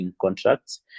contracts